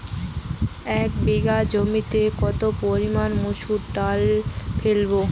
এক বিঘে জমিতে কত পরিমান মুসুর ডাল ফেলবো?